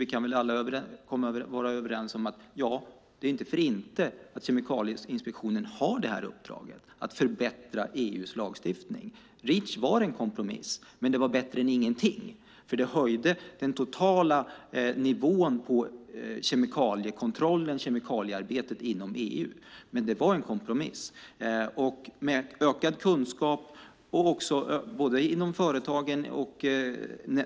Vi kan väl alla vara överens om att det inte är för inte som Kemikalieinspektionen har det här uppdraget att förbättra EU:s lagstiftning. Reach var en kompromiss, men det var bättre än ingenting. Det höjde den totala nivån på kemikaliekontrollen och kemikaliearbetet inom EU, men det var en kompromiss.